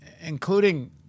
including